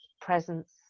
presence